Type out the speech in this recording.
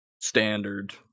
standard